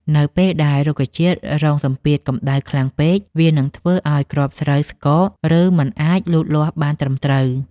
នៅពេលដែលរុក្ខជាតិរងសម្ពាធកម្ដៅខ្លាំងពេក វានឹងធ្វើឱ្យគ្រាប់ស្រូវស្កក ឬមិនអាចលូតលាស់បានត្រឹមត្រូវ។